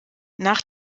nach